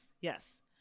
Yes